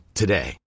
today